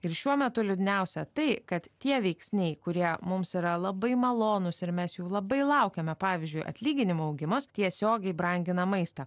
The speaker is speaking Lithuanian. ir šiuo metu liūdniausia tai kad tie veiksniai kurie mums yra labai malonūs ir mes jų labai laukiame pavyzdžiui atlyginimų augimas tiesiogiai brangina maistą